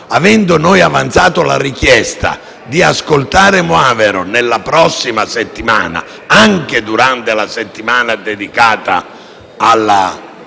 Avendo noi avanzato la richiesta di ascoltare il ministro Moavero nella prossima settimana, anche se è la settimana dedicata alle